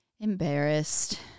embarrassed